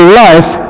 life